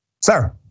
sir